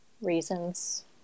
reasons